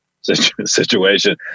situation